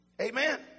Amen